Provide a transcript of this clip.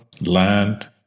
land